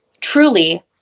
truly